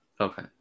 Okay